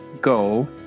go